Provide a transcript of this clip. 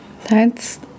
That's-